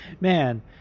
Man